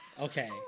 Okay